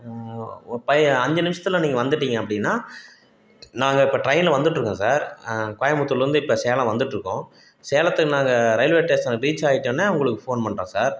ஒரு பை அஞ்சு நிமிஷத்தில் நீங்கள் வந்துட்டிங்க அப்படின்னா நாங்கள் இப்போ ட்ரெயின்ல வந்துட்ருக்கோம் சார் கோயம்புத்தூர்லேருந்து இப்போ சேலம் வந்துகிட்ருக்கோம் சேலத்துக்கு நாங்கள் ரயில்வே ஸ்டேஷன் ரீச்சாயிட்டோனே உங்களுக்கு ஃபோன் பண்ணுறோம் சார்